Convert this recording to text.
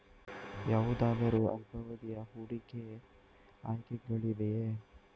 ಯಾವುದಾದರು ಅಲ್ಪಾವಧಿಯ ಹೂಡಿಕೆ ಆಯ್ಕೆಗಳಿವೆಯೇ?